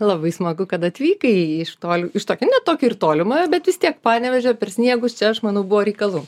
labai smagu kad atvykai iš toli iš tokio ne tokio ir tolimojo bet vis tiek panevėžio per sniegus čia aš manau buvo reikalų